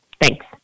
Thanks